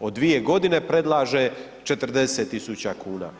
od 2 godine predlaže 40 tisuća kuna.